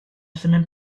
semaine